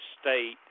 state